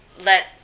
let